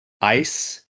ice